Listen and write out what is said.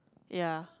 ya